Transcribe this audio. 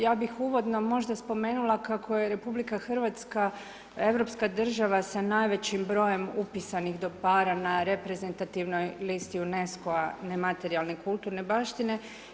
Ja bih uvodno možda spomenula kako je RH, europska država sa najvećim brojem upisanih dobara na reprezentativnoj listi UNESCO-a, nematerijalne kulturne baštine.